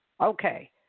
Okay